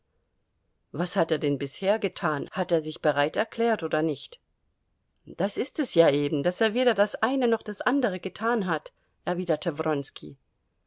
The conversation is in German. was hat er denn bisher getan hat er sich bereit erklärt oder nicht das ist es ja eben daß er weder das eine noch das andere getan hat erwiderte